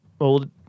old